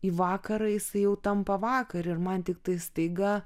į vakarą jisai jau tampa vakar ir man tiktai staiga